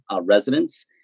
residents